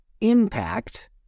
impact